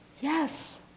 Yes